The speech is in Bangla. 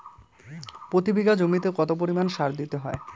প্রতি বিঘা জমিতে কত পরিমাণ সার দিতে হয়?